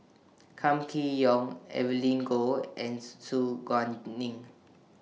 Kam Kee Yong Evelyn Goh and Su Guaning